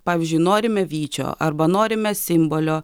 pavyzdžiui norime vyčio arba norime simbolio